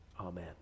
amen